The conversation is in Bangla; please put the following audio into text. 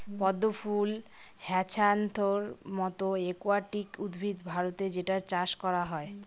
পদ্ম ফুল হ্যাছান্থর মতো একুয়াটিক উদ্ভিদ ভারতে যেটার চাষ করা হয়